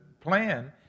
plan